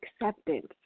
acceptance